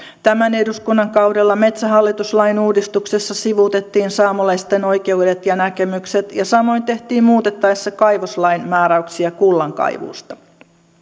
tämän eduskunnan kaudella metsähallitus lain uudistuksessa sivuutettiin saamelaisten oikeudet ja näkemykset ja samoin tehtiin muutettaessa kaivoslain määräyksiä kullankaivuusta